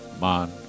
man